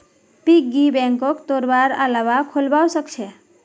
piggy बैंकक तोडवार अलावा खोलवाओ सख छ